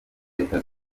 leta